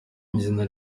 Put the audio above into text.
izina